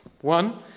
One